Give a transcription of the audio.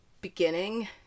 beginning